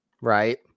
Right